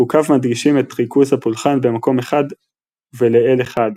חוקיו מדגישים את ריכוז הפולחן במקום אחד ולאל אחד,